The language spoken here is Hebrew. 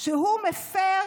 הוא החליט על דעת עצמו שהוא מפר